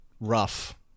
rough